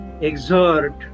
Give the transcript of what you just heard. exert